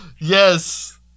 Yes